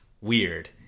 weird